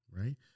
right